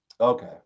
Okay